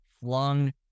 flung